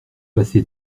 passé